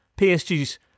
PSG's